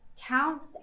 counts